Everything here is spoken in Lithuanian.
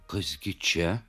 kas gi čia